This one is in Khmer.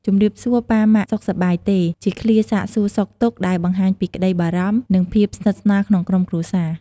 ជំរាបសួរប៉ា ម៉ាក់ សុខសប្បាយទេ? ជាឃ្លាសាកសួរសុខទុក្ខដែលបង្ហាញពីក្ដីបារម្ភ និងភាពស្និទ្ធស្នាលក្នុងក្រុមគ្រួសារ។